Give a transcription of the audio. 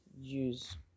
use